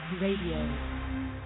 radio